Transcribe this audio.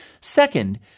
Second